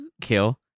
kill